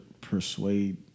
persuade